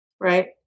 right